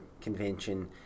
convention